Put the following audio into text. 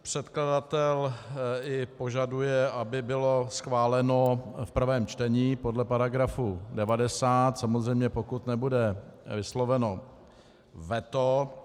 Předkladatel i požaduje, aby to bylo schváleno v prvém čtení podle § 90, samozřejmě pokud nebude vysloveno veto.